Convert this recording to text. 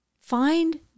Find